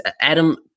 Adam